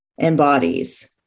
embodies